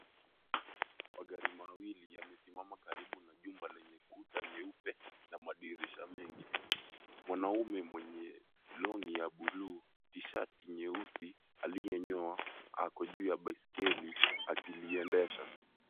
Magari mawili yamesimama karibu na jumba lenye kuta nyeupe na madirisha mengi. Mwanaume mwenye long'i ya buluu, t-shirt nyeusi, aliyenyoa, ako juu ya baiskeli akiliendesha.